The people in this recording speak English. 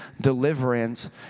deliverance